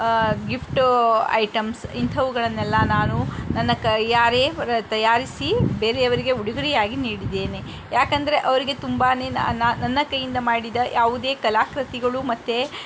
gift items ಇಂತಹವುಗಳನ್ನೆಲ್ಲಾ ನಾನು ನನ್ನ ಕೈಯಾರೆ ತಯಾರಿಸಿ ಬೇರೆಯವರಿಗೆ ಉಡುಗೊರೆಯಾಗಿ ನೀಡಿದ್ದೇನೆ ಯಾಕಂದರೆ ಅವರಿಗೆ ತುಂಬಾ ನನ್ನ ಕೈಯಿಂದ ಮಾಡಿದ ಯಾವುದೇ ಕಲಾಕೃತಿಗಳು ಮತ್ತು